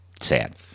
Sad